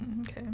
Okay